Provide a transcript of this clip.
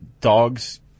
dogs